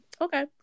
Okay